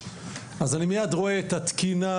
אז אני מייד רואה את התקינה.